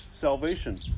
salvation